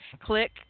click